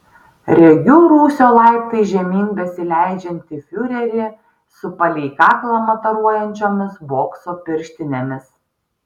regiu rūsio laiptais žemyn besileidžiantį fiurerį su palei kaklą mataruojančiomis bokso pirštinėmis